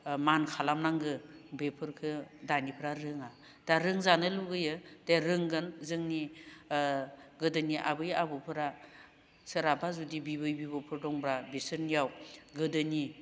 मान खालामनांगौ बेफोरखौ दानिफ्रा रोङा दा रोंजानो लुबैयो दे रोंगोन जोंनि गोदोनि आबै आबौफोरा सोरहाबा जुदि बिबै बिबौफोर दंब्ला बिसोरनियाव गोदोनि